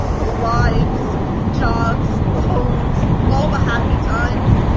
the lives, the jobs, the homes, all the happy times.